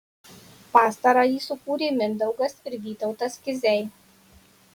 pastarąjį sukūrė mindaugas ir vytautas kiziai